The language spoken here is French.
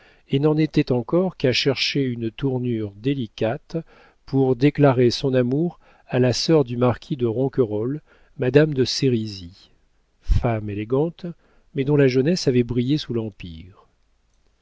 et n'en était encore qu'à chercher une tournure délicate pour déclarer son amour à la sœur du marquis de ronquerolles madame de sérizy femme élégante mais dont la jeunesse avait brillé sous l'empire